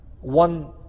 One